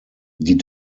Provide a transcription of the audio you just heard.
die